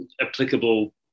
applicable